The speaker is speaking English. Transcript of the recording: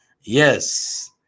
Yes